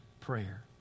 prayer